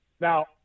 Now